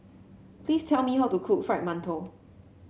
please tell me how to cook Fried Mantou